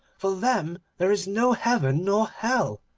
for them there is no heaven nor hell,